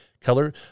color